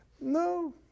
No